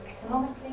economically